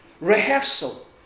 Rehearsal